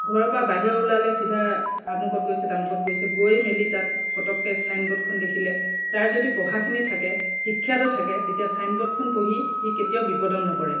ঘৰৰ পৰা বাহিৰ ওলালে চিধা আমুকত গৈছে তামুকত গৈছে গৈ মেলি তাত পতককৈ ছাইনবোৰ্ডখন দেখিলে তাৰ যদি পঢ়াখিনি থাকে শিক্ষাটো থাকে তেতিয়া ছাইনবোৰ্ডখন পঢ়ি সি কেতিয়াও বিপদত নপৰে